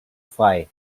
frei